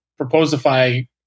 Proposify